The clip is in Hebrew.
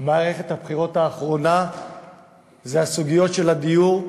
הבחירות האחרונה היה סוגיית הדיור,